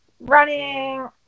running